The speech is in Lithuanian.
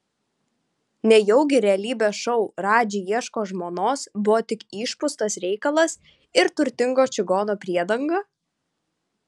nejaugi realybės šou radži ieško žmonos buvo tik išpūstas reikalas ir turtingo čigono priedanga